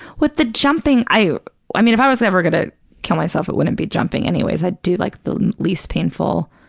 with the jumping, i i mean, if i was ever going to kill myself it wouldn't be jumping anyways. i'd do like the least painful.